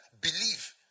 believe